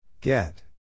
Get